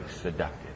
seductive